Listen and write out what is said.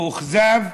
מאוכזב,